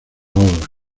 obras